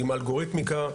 עם אלגוריתמיקה.